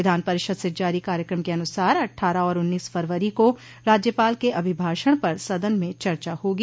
विधान परिषद से जारी कार्यक्रम के अनुसार अट्ठारह और उन्नीस फरवरी को राज्यपाल के अभिभाषण पर सदन में चर्चा होगी